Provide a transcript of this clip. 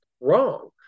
wrong